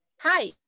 Hi